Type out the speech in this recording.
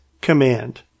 command